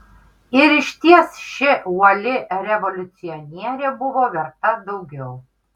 ir išties ši uoli revoliucionierė buvo verta daugiau